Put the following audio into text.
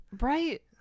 Right